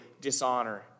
dishonor